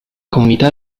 comunità